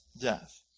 death